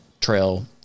trail